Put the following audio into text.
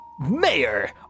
Mayor